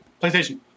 playstation